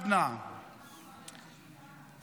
השבוע מסתיים כנס החורף של הכנסת.